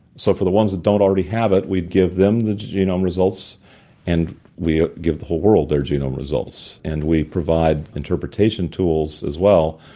so, for the ones that don't already have it we give them the genome results and we give the whole world their genome results. and we provide interpretation tools as well,